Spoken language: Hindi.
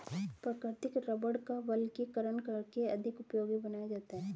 प्राकृतिक रबड़ का वल्कनीकरण करके अधिक उपयोगी बनाया जाता है